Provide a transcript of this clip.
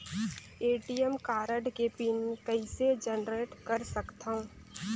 ATM card के PIN कइसे generate कर सकथव?